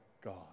God